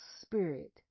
spirit